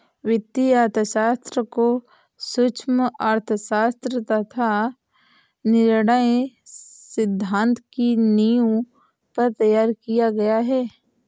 वित्तीय अर्थशास्त्र को सूक्ष्म अर्थशास्त्र तथा निर्णय सिद्धांत की नींव पर तैयार किया गया है